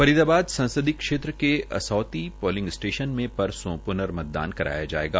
फरीदाबद संसदीय क्षेत्र के असोती पोलिंग स्टेशन मे परसों प्नमतदान कराया जायेगा